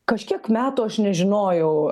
kažkiek metų aš nežinojau